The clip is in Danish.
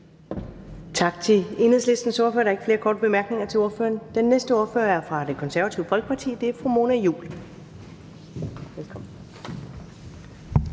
Tak til Enhedslistens ordfører. Der er ikke flere korte bemærkninger til ordføreren. Den næste ordfører er fra Det Konservative Folkeparti, og det er fru Mona Juul.